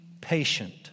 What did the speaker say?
patient